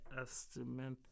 estimate